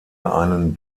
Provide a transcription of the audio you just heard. einen